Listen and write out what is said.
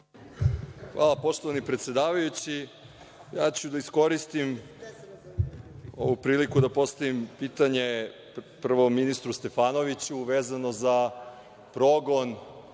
Hvala. Poštovani predsedavajući, iskoristiću ovu priliku da postavim pitanje prvo ministru Stefanoviću, vezano za progon